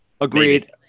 Agreed